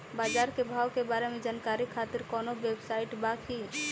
बाजार के भाव के बारे में जानकारी खातिर कवनो वेबसाइट बा की?